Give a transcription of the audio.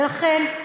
ולכן,